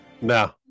No